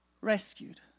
rescued